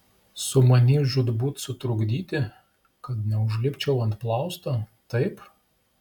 sumanei žūtbūt sutrukdyti kad neužlipčiau ant plausto taip